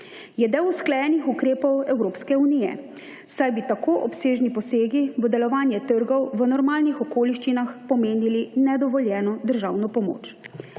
Je del usklajenih ukrepov Evropske unije, saj bi tako obsežni posegi v delovanje trgov v normalnih okoliščinah pomenili nedovoljeno državno pomoč.